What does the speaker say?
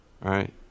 right